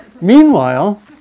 Meanwhile